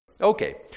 Okay